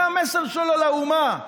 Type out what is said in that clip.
זה המסר שלו לאומה,